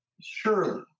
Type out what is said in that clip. surely